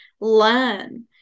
learn